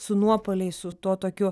su nuopuoliais su tuo tokiu